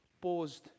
paused